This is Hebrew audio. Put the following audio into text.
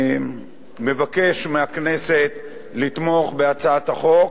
מבקש מהכנסת לתמוך בהצעת החוק,